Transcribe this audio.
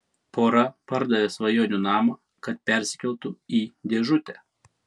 pora pardavė svajonių namą kad persikeltų į dėžutę